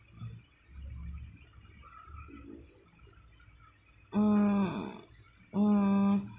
mm mm